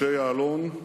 אנחנו לא